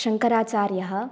शङ्कराचार्यः